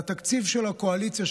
זה התפקיד של הקואליציה,